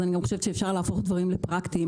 אז אני גם חושבת שאפשר להפוך דברים לפרקטיים.